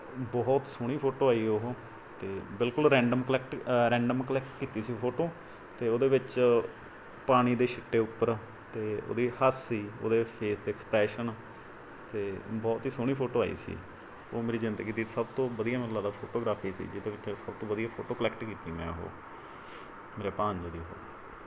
ਬਹੁਤ ਸੋਹਣੀ ਫੋਟੋ ਆਈ ਉਹ ਅਤੇ ਬਿਲਕੁਲ ਰੈਂਡਮ ਕਲੈਕਟ ਰੈਂਡਮ ਕਲੈਕਟ ਕੀਤੀ ਸੀ ਫੋਟੋ ਅਤੇ ਉਹਦੇ ਵਿੱਚ ਪਾਣੀ ਦੇ ਛਿੱਟੇ ਉੱਪਰ ਅਤੇ ਉਹਦੀ ਹਾਸੀ ਉਹਦੇ ਫੇਸ ਦੇ ਐਕਸਪਰੈਸ਼ਨ ਅਤੇ ਬਹੁਤ ਹੀ ਸੋਹਣੀ ਫੋਟੋ ਆਈ ਸੀ ਉਹ ਮੇਰੀ ਜ਼ਿੰਦਗੀ ਦੀ ਸਭ ਤੋਂ ਵਧੀਆ ਮੈਨੂੰ ਲੱਗਦਾ ਫੋਟੋਗਰਾਫੀ ਸੀ ਜਿਹਦੇ ਵਿੱਚ ਸਭ ਤੋਂ ਵਧੀਆ ਫੋਟੋ ਕਲੈਕਟ ਕੀਤੀ ਮੈਂ ਉਹ ਮੇਰੇ ਭਾਣਜੇ ਦੀ